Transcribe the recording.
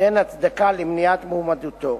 שאין הצדקה למניעת מועמדותו.